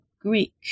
Greek